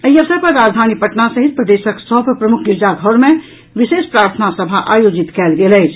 एहि अवसर पर राजधानी पटना सहित प्रदेशक सभ प्रमुख गिरिजा घरमे विशेष प्रार्थना सभा आयोजित कयल गेल अछि